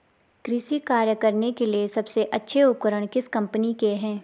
कृषि कार्य करने के लिए सबसे अच्छे उपकरण किस कंपनी के हैं?